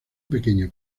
pequeño